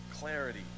clarity